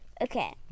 Okay